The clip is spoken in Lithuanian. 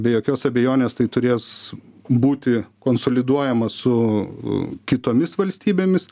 be jokios abejonės tai turės būti konsoliduojama su kitomis valstybėmis